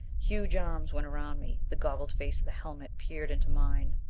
huge arms went around me. the goggled face of the helmet peered into mine.